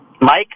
Mike